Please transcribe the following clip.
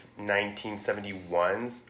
1971's